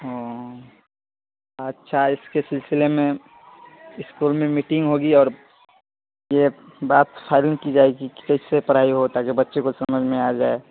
ہوں اچھا اس کے سلسلے میں اسکول میں میٹنگ ہوگی اور یہ بات فائنل کی جائے گی کہ کیسے پرھائی ہو تاکہ بچے کو سمجھ میں آ جائے